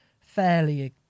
fairly